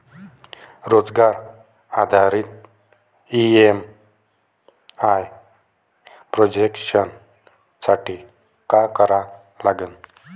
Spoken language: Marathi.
रोजगार आधारित ई.एम.आय प्रोजेक्शन साठी का करा लागन?